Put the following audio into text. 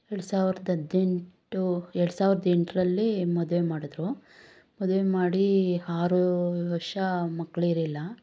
ಎರ್ಡು ಸಾವಿರ್ದ ಹದ್ನೆಂಟು ಎರ್ಡು ಸಾವಿರ್ದ ಎಂಟರಲ್ಲಿ ಮದುವೆ ಮಾಡಿದ್ರು ಮದುವೆ ಮಾಡಿ ಆರು ವರ್ಷ ಮಕ್ಕಳೇ ಇರಲಿಲ್ಲ